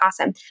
awesome